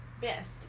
best